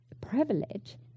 privilege